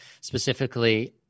specifically